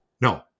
no